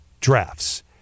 drafts